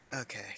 Okay